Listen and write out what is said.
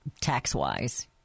tax-wise